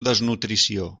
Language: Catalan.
desnutrició